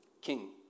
King